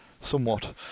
somewhat